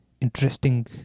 interesting